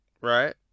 right